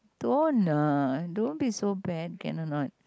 don't uh don't be so bad can or not